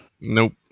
Nope